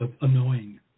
annoying